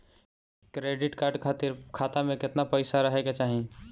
Credit card खातिर खाता में केतना पइसा रहे के चाही?